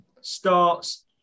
starts